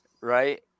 right